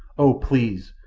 oh, please,